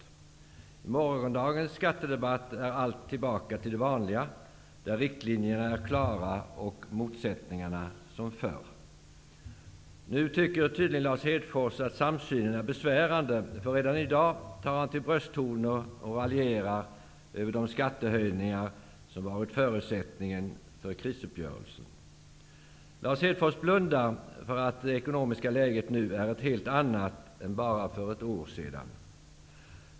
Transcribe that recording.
I morgondagens skattedebatt är allt tillbaka till det vanliga, där riktlinjerna är klara och motsättningarna som förr. Lars Hedfors tycker tydligen att samsynen är besvärande. Redan i dag tar han till brösttoner och raljerar över de skattehöjningar som var förutsättningen för krisuppgörelsen. Lars Hedfors blundar för att det ekonomiska läget nu är ett helt annat än bara för ett år sedan.